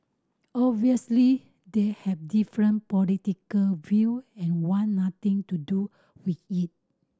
obviously they have different political view and want nothing to do with it